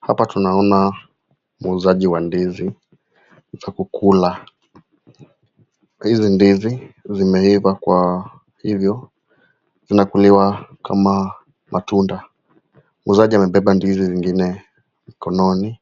Hapa tunaona muuzaji wa ndizi, za kukula. Kwa hizo ndizi, zimeiva kwa hivyo inakuliwa kama matunda. Muuzaji amebeba ndizi zingine mikononi,